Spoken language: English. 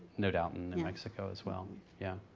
no doubt, in new mexico as well yeah.